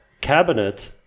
cabinet